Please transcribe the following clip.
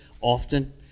often